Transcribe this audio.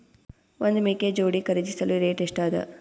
ಒಂದ್ ಮೇಕೆ ಜೋಡಿ ಖರಿದಿಸಲು ರೇಟ್ ಎಷ್ಟ ಅದ?